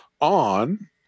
on